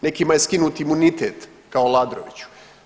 Nekima je skinut imunitet kao Aladroviću.